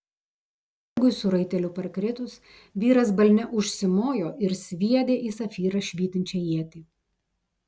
žirgui su raiteliu parkritus vyras balne užsimojo ir sviedė į safyrą švytinčią ietį